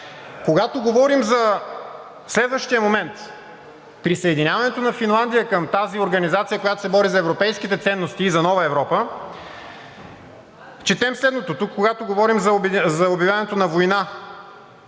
Когато говорим за следващия момент – присъединяването на Финландия към тази организация, която се бори за европейските ценности и за нова Европа – тук, когато говорим за обявяването на война